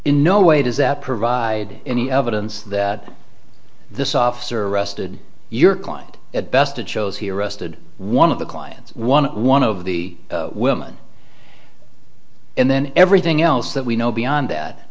in no way does that provide any evidence that this officer arrested your client at best it shows he arrested one of the clients one one of the women and then everything else that we know beyond that